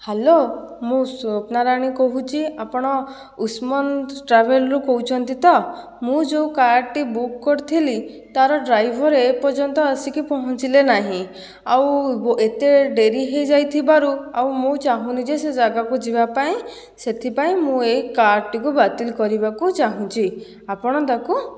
hello ମୁଁ ସ୍ଵପ୍ନାରାଣୀ କହୁଛି ଆପଣ ଉଷ୍ମନ୍ତ୍ସ୍ ଟ୍ରାଭେଲରୁ କହୁଛନ୍ତି ତ ମୁଁ ଯେଉଁ କାର୍ଟି ବୁକ୍ କରିଥିଲି ତା'ର ଡ୍ରାଇଭର ଏପର୍ଯ୍ୟନ୍ତ ଆସିକି ପହଁଞ୍ଚିଲେ ନାହିଁ ଆଉ ଏତେ ଡେରି ହୋଇଯାଇଥିବାରୁ ଆଉ ମୁଁ ଚାହୁଁନି ଯେ ସେ ଜାଗାକୁ ଯିବା ପାଇଁ ସେଥିପାଇଁ ମୁଁ ଏଇ କାର୍ଟିକୁ ବାତିଲ କରିବାକୁ ଚାହୁଁଛି ଆପଣ ତା'କୁ